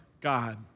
God